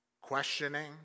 questioning